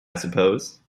suppose